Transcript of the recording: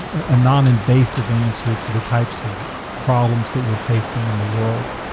a noninvasive answer to the types of problems that we're facing in the world.